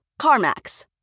CarMax